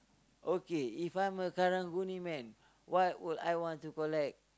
okay if I'm a karang-guni man what would I want to collect